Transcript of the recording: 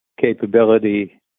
capability